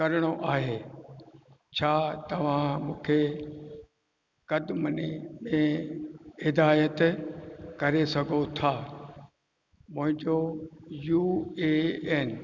करिणो आहे छा तव्हां मूंखे कदमने में हिदाइत करे सघो था मुंहिंजो यू ए एन